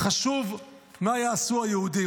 חשוב מה יעשו היהודים.